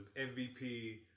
MVP